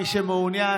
מי שמעוניין.